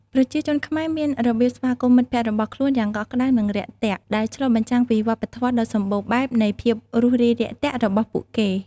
ប្រជាជនខ្មែរមានរបៀបស្វាគមន៍មិត្តភក្តិរបស់ខ្លួនយ៉ាងកក់ក្តៅនិងរាក់ទាក់ ដែលឆ្លុះបញ្ចាំងពីវប្បធម៌ដ៏សម្បូរបែបនិងភាពរួសរាយរាក់ទាក់របស់ពួកគេ។